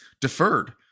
deferred